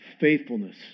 faithfulness